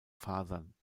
fasern